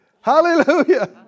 Hallelujah